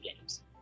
games